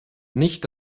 nicht